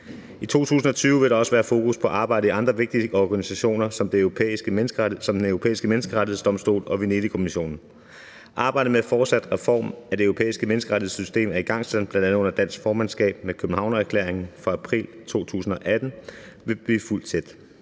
I 2020 vil der også være fokus på arbejdet i andre vigtige organisationer som Den Europæiske Menneskerettighedsdomstol og Venedigkommissionen. Arbejdet med fortsat reform af det europæiske menneskerettighedssystem er igangsat bl.a. under dansk formandskab med Københavnererklæringen fra april 2018, og det vil blive fulgt tæt.